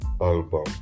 album